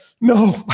no